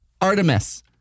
Artemis